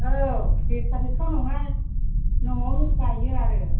औ बेफारिथ नङा न'वावनो गाइयो आरो